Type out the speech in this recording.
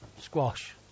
Squash